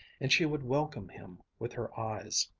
and she would welcome him with her eyes.